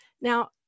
now